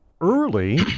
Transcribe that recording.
early